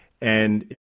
And-